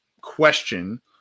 question